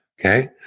okay